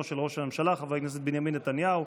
של ראש הממשלה חבר הכנסת בנימין נתניהו.